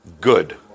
Good